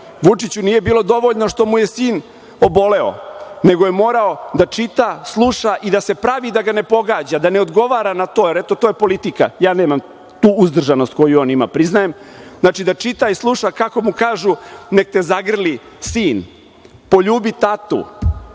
vesti. Vučiću nije bilo dovoljno što mu je sin oboleo, nego je morao da čita, sluša i da se pravi da ga ne pogađa, da ne odgovara na to, jer eto, to je politika. Ja nemam tu uzdržanost koju on ima, priznajem. Znači, da čita i sluša kako mu kažu – neka te zagrli sin, poljubi tatu,